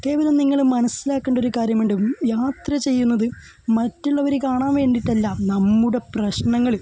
കേവലം നിങ്ങൾ മനസ്സിലാക്കേണ്ട ഒരു കാര്യം ഉണ്ട് യാത്ര ചെയ്യുന്നത് മറ്റുള്ളവർ കാണാൻ വേണ്ടിയിട്ടല്ല നമ്മുടെ പ്രശ്നങ്ങൾ